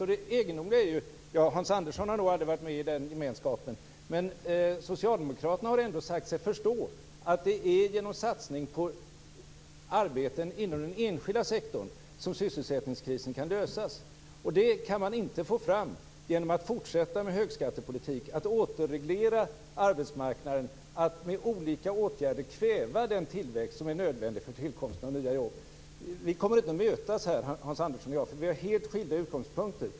Det egendomliga är ju att socialdemokraterna - Hans Andersson har nog aldrig varit med i den gemenskapen - ändå har sagt sig förstå att det är genom satsning på arbeten inom den enskilda sektorn som sysselsättningskrisen kan lösas. Det kan man inte få fram genom att fortsätta med högskattepolitik, att återreglera arbetsmarknaden, att med olika åtgärder kväva den tillväxt som är nödvändig för tillkomsten av nya jobb. Vi kommer inte att mötas här, Hans Andersson och jag, för vi har helt skilda utgångspunkter.